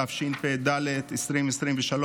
התשפ"ד 2023,